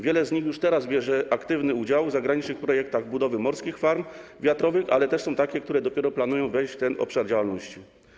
Wiele z nich już teraz bierze aktywny udział w zagranicznych projektach budowy morskich farm wiatrowych, ale też są takie, które dopiero planują włączyć się do tego obszaru działalności.